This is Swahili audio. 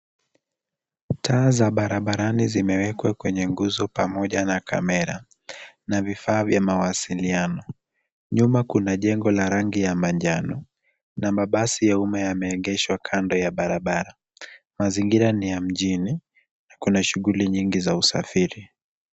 Taa za barabarani zimewekwa kwenye nguzo pamoja na kamera, na vifaa vya mawasiliano, nyuma kuna jengo la rangi ya mnjano na mabasi ya umma yameegeshwa kando ya barabara. Mazingira ni ya mjini na kuna shuguli nyingi za usafiri.